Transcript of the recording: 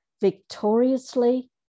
victoriously